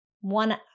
one